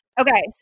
Okay